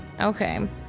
Okay